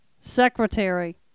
Secretary